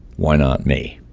why not me?